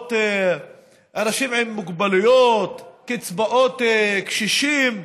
קצבאות לאנשים עם מוגבלויות, קצבאות קשישים.